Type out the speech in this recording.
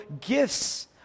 gifts